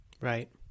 right